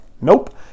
Nope